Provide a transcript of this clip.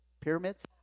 Pyramids